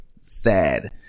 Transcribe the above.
sad